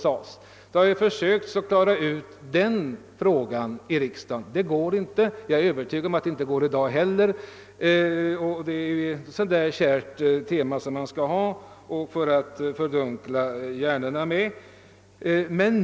Vi har här i riksdagen försökt att vederlägga detta felaktiga påstående men det har inte lyckats. Det lyckas säkert inte i dag heller, ty det är ett kärt tema som man vill ha för att fördunkla det verkliga förhållandet.